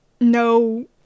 no